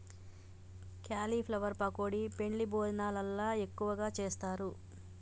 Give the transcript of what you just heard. cauliflower pakodi పెండ్లి భోజనాలల్ల ఎక్కువగా చేస్తారు